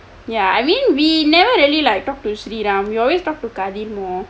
ya I mean we never really liked suren lah we always talk to kadir more